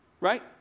Right